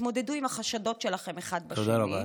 תתמודדו עם החשדות שלכם אחד בשני -- תודה רבה.